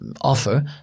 offer